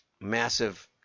massive